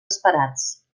esperats